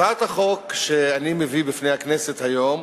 הצעת חוק שאני מביא בפני הכנסת היום